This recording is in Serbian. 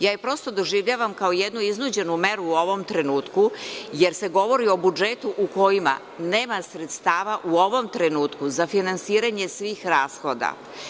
Ja je prosto doživljavam kao jednu iznuđenu meru u ovom trenutku, jer se govori o budžetu u kojima nema sredstava, u ovom trenutku, za finansiranje svih rashoda.